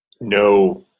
No